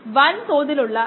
9 s or 12